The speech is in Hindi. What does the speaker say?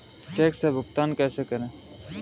चेक से भुगतान कैसे करें?